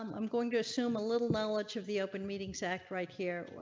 um i'm going to assume a little knowledge of the open meetings act. right here,